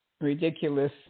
ridiculous